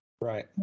Right